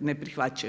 ne prihvaćaju.